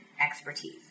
expertise